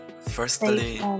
firstly